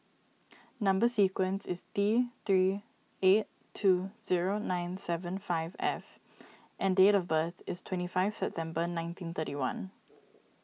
Number Sequence is T three eight two zero nine seven five F and date of birth is twenty five September nineteen thirty one